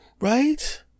right